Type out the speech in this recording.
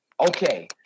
okay